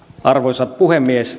arvoisa puhemies